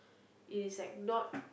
it is like not